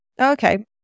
Okay